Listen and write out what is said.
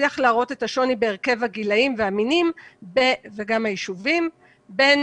בהרכב הגילאים והמינים וגם היישובים בין